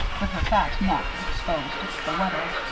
with her fat neck exposed to the weather,